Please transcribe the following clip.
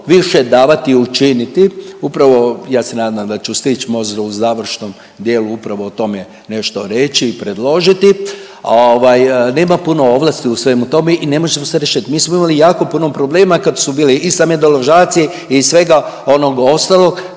više davati i učiniti, upravo ja se nadam da ću stić možda u završnom dijelu upravo o tome nešto reći i predložiti, ovaj nema puno ovlasti u svemu tome i ne možemo sve riješit. Mi smo imali jako puno problema kad su bile i same deložacije i svega onog ostalog